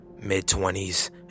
mid-twenties